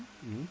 mmhmm